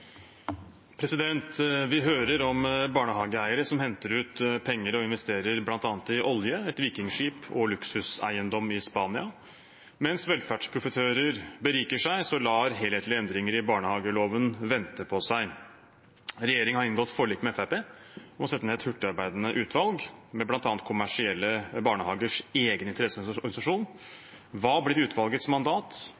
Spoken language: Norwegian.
hører om barnehageeiere som henter ut penger og investerer i bl.a. olje, et vikingskip og luksuseiendom i Spania. Mens velferdsprofitører beriker seg, lar helhetlige endringer i barnehageloven vente på seg. Regjeringa har inngått forlik med Fremskrittspartiet om å sette ned et hurtigarbeidende utvalg, med